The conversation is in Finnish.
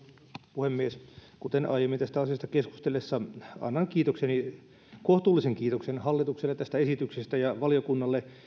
puhemies kuten aiemmin tästä asiasta keskusteltaessa annan kiitoksen kohtuullisen kiitoksen hallitukselle tästä esityksestä ja valiokunnalle